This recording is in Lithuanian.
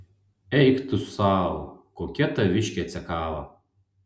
eik tu sau kokia taviškė cekava